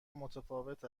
متفاوت